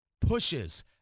pushes